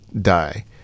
die